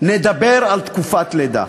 נדבר על תקופת לידה.